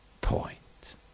point